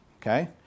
okay